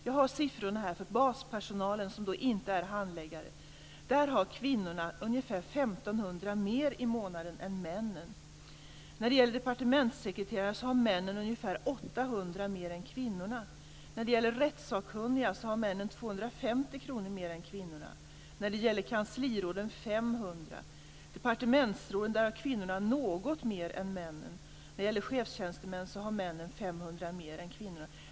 Jag har siffrorna här för baspersonalen, som inte är handläggare. Kvinnorna har ungefär 1 500 mer i månaden än männen. När det gäller departementssekreterare har männen ungefär 800 mer än kvinnorna. När det gäller rättssakkunniga har männen 250 kr mer än kvinnorna, och när det gäller kansliråden 500. Vad gäller departementsråden har kvinnorna något mer än männen. När det gäller chefstjänstemän har männen 500 mer än kvinnorna.